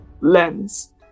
lens